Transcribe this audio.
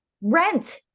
Rent